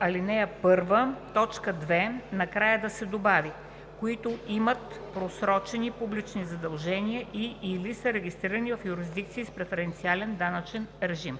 ал. 1, т. 2 накрая да се добави „които имат просрочени публични задължения и/или са регистрирани в юрисдикции с преференциален данъчен режим;“.